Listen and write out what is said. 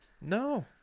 no